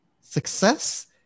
success